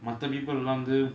மத்த:matha people lah வந்து:vanthu